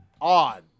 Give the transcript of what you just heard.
odd